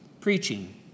Preaching